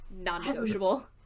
non-negotiable